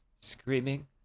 screaming